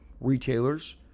retailers